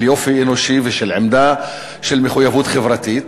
יופי אנושי ושל עמדה של מחויבות חברתית.